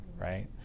right